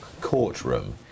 courtroom